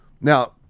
Now